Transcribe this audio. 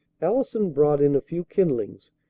allison brought in a few kindlings,